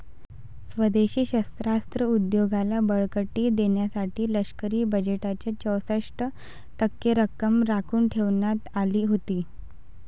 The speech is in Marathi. स्वदेशी शस्त्रास्त्र उद्योगाला बळकटी देण्यासाठी लष्करी बजेटच्या चौसष्ट टक्के रक्कम राखून ठेवण्यात आली होती